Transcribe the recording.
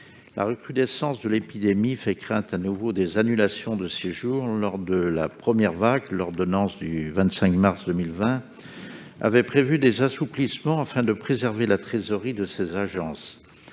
La recrudescence actuelle de l'épidémie fait en effet craindre de nouveau des annulations de séjour. Lors de la première vague, l'ordonnance du 25 mars 2020 avait prévu divers assouplissements, afin de préserver la trésorerie de ces agences.